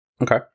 Okay